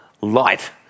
light